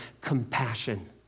Compassion